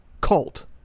cult